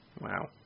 wow